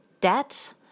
debt